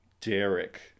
Derek